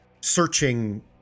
searching